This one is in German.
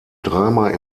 dreimal